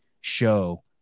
show